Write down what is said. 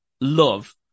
love